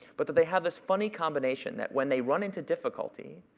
but that they had this funny combination that when they run into difficulty,